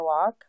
walk